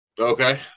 Okay